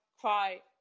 cry